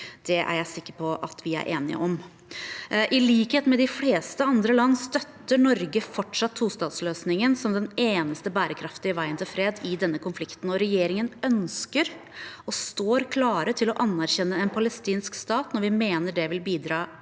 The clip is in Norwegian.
Det er jeg sikker på at vi er enige om. I likhet med de fleste andre land støtter Norge fortsatt tostatsløsningen som den eneste bærekraftige veien til fred i denne konflikten. Regjeringen ønsker og står klar til å anerkjenne en palestinsk stat når vi mener det vil bidra